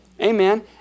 Amen